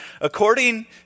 According